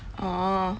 orh